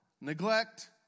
neglect